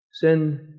Sin